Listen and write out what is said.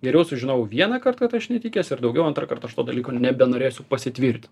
geriau sužinojau vieną kart kad aš netikęs ir daugiau antrą kart aš to dalyko nebenorėsiu pasitvirtint